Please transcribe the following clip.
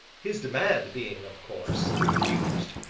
his demand being, of course, refused,